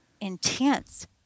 intense